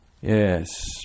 Yes